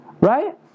Right